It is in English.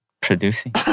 producing